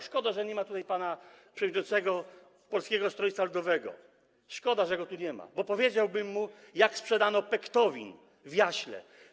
Szkoda, że nie ma tutaj pana przewodniczącego Polskiego Stronnictwa Ludowego, szkoda, że go tu nie ma, bo powiedziałbym mu, jak sprzedano Pektowin w Jaśle.